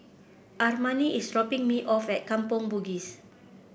Armani is dropping me off at Kampong Bugis